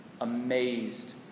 amazed